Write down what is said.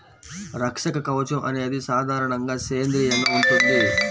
రక్షక కవచం అనేది సాధారణంగా సేంద్రీయంగా ఉంటుంది